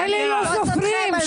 מזל שאין אצלם פריימריז.